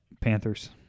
Panthers